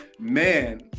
man